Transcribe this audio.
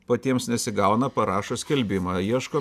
patiems nesigauna parašo skelbimą ieško